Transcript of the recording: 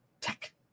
tech